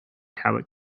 tablet